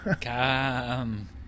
Come